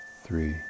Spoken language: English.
three